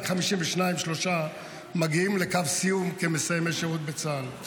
רק 52 מגיעים לקו הסיום כמסיימי שירות בצה"ל.